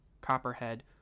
Copperhead